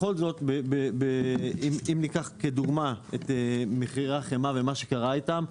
בכל זאת אם ניקח כדוגמה את מחירי החמאה ומה שקרה אתם,